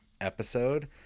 episode